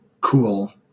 cool